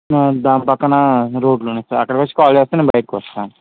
దాని పక్కన రోడ్లున్నాయ్ సార్ అక్కడికి వచ్చి కాల్ చేస్తే నేను బయటకి వస్తాను